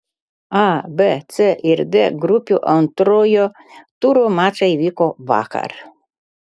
a b c ir d grupių antrojo turo mačai vyko vakar